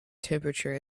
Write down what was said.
temperature